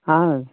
اَہَن حظ